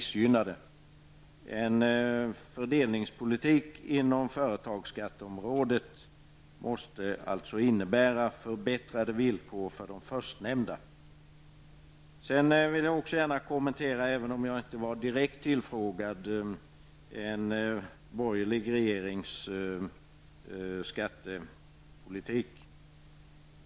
En fördelningspolitik inom företagsskatteområdet måste alltså innebära förbättrade villkor för de förstnämnda. Jag vill också gärna kommentera -- även om jag inte var direkt tillfrågad -- frågan om en borgerlig regerings skattepolitik.